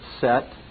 set